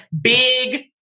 big